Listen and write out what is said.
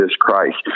Christ